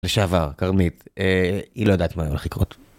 לשעבר, כרמית , היא לא יודעת מה הולך לקרות.